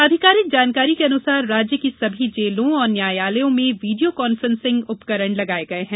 आधिकारिक जानकारी के अनुसार राज्य की सभी जेलों और न्यायालयों में वीडियो कान्फ्रेंसिंग उपकरण लगाये गये हैं